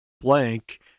Blank